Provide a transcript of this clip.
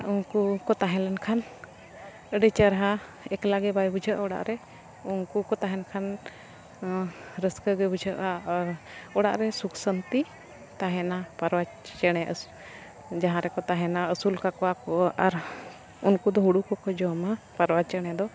ᱩᱱᱠᱩ ᱠᱚ ᱛᱟᱦᱮᱸ ᱞᱮᱱ ᱠᱷᱟᱱ ᱟᱹᱰᱤ ᱪᱮᱨᱦᱟ ᱮᱠᱞᱟ ᱜᱮ ᱵᱟᱭ ᱵᱩᱡᱷᱟᱹᱜᱼᱟ ᱚᱲᱟᱜ ᱨᱮ ᱩᱱᱠᱩ ᱠᱚ ᱛᱟᱦᱮᱱ ᱠᱷᱟᱱ ᱨᱟᱹᱥᱠᱟᱹ ᱜᱮ ᱵᱩᱡᱷᱟᱹᱜᱼᱟ ᱟᱨ ᱚᱲᱟᱜ ᱨᱮ ᱥᱩᱠ ᱥᱟᱹᱱᱛᱤ ᱛᱟᱦᱮᱱᱟ ᱯᱟᱨᱣᱟ ᱪᱮᱬᱮ ᱡᱟᱦᱟᱸ ᱨᱮᱠᱚ ᱛᱟᱦᱮᱱᱟ ᱟᱹᱥᱩᱞ ᱠᱟᱠᱚᱣᱟ ᱠᱚ ᱟᱨ ᱩᱱᱠᱩ ᱫᱚ ᱦᱳᱲᱳ ᱠᱚᱠᱚ ᱡᱚᱢᱟ ᱯᱟᱨᱣᱟ ᱪᱮᱬᱮ ᱫᱚ